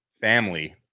family